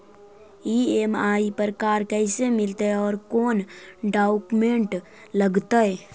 EMI पर car कैसे मिलतै औ कोन डाउकमेंट लगतै?